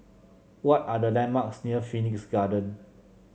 what are the landmarks near Phoenix Garden